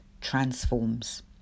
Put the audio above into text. transforms